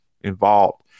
involved